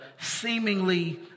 seemingly